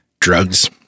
drugs